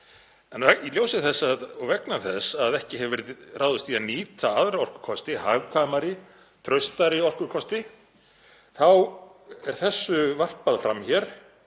En í ljósi þess og vegna þess að ekki hefur verið ráðist í að nýta aðra orkukosti, hagkvæmari traustari orkukosti, þá er þessu varpað fram hér